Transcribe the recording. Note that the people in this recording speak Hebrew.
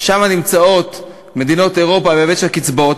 ששם נמצאות מדינות אירופה בהיבט של הקצבאות,